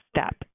step